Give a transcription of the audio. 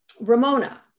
Ramona